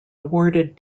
awarded